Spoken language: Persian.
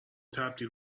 تبدیل